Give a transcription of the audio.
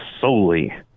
solely